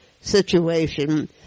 situation